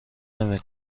نمی